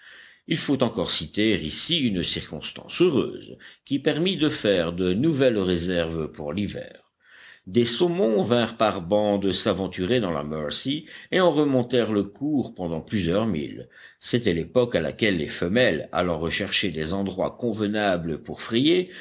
il faut encore citer ici une circonstance heureuse qui permit de faire de nouvelles réserves pour l'hiver des saumons vinrent par bandes s'aventurer dans la mercy et en remontèrent le cours pendant plusieurs milles c'était l'époque à laquelle les femelles allant rechercher des endroits convenables pour